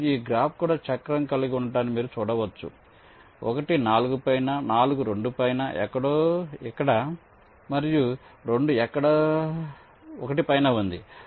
మరియు ఈ గ్రాఫ్ కూడా చక్రం కలిగి ఉండడాన్ని మీరు చూడవచ్చు 1 4 పైన 4 2 పైన ఎక్కడో ఇక్కడ మరియు 2 ఎక్కడో 1 పైన ఉంది